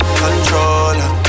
controller